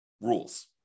rules